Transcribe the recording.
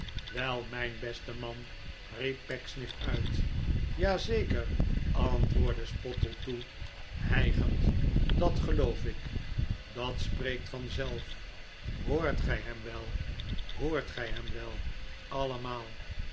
wel mijn beste man riep pecksniff uit m ja zeker antwoordde spottletoe hijgend dat geloof ik dat spreekt vanzelf hoort gij hem wel hoort gij hem wel allemaal